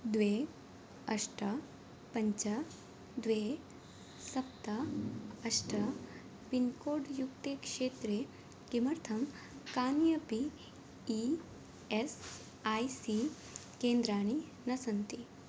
द्वे अष्ट पञ्च द्वे सप्त अष्ट पिन्कोड् युक्ते क्षेत्रे किमर्थं कानि अपि ई एस् ऐ सी केन्द्राणि न सन्ति